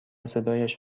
صدایش